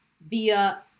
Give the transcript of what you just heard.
via